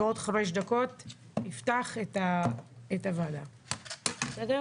בעוד חמש דקות נפתח את ישיבת הוועדה הבאה.